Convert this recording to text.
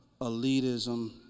elitism